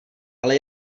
ale